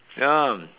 ya